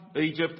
Egypt